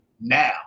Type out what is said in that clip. now